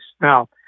Now